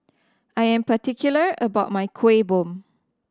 I am particular about my Kueh Bom